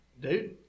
dude